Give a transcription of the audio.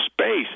space